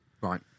Right